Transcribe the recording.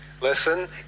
listen